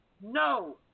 no